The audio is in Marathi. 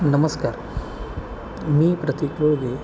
नमस्कार मी प्रतक लोळगे